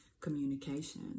communication